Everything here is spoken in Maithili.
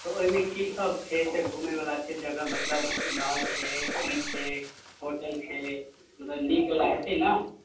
तऽ ओइमे की सब छै से घुमयवला छै जगह मतलब नाव छै की छै होटल छै मतलब नीकवला हेतय ने